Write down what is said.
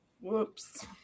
Whoops